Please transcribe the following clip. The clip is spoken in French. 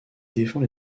défend